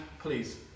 please